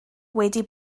wedi